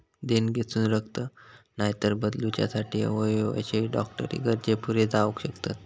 देणगेतसून रक्त, नायतर बदलूच्यासाठी अवयव अशे डॉक्टरी गरजे पुरे जावक शकतत